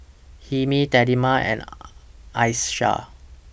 Hilmi Delima and Aisyah